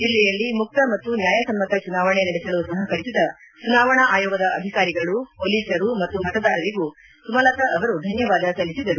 ಜಿಲ್ಲೆಯಲ್ಲಿ ಮುಕ್ತ ಮತ್ತು ನ್ನಾಯಸಮ್ಮತ ಚುನಾವಣೆ ನಡೆಸಲು ಸಹಕರಿಸಿದ ಚುನಾವಣಾ ಆಯೋಗದ ಅಧಿಕಾರಿಗಳು ಪೊಲೀಸರು ಮತ್ತು ಮತದಾರರಿಗೂ ಸುಮಲತಾ ಅವರು ಧನ್ಜವಾದ ಸಲ್ಲಿಸಿದರು